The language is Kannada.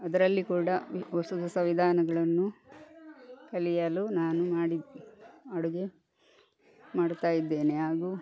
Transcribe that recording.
ಅದರಲ್ಲಿ ಕೂಡ ಹೊಸ ಹೊಸ ವಿಧಾನಗಳನ್ನು ಕಲಿಯಲು ನಾನು ಮಾಡಿ ಅಡುಗೆ ಮಾಡ್ತಾ ಇದ್ದೇನೆ ಹಾಗು